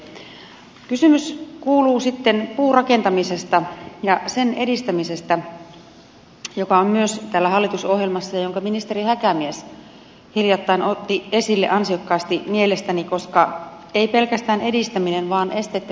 sitten kysymys puurakentamisesta ja sen edistämisestä joka on myös täällä hallitusohjelmassa ja jonka ministeri häkämies hiljattain otti esille ansiokkaasti mielestäni koska kysymys ei ole pelkästään edistämisestä vaan esteitten purkamisesta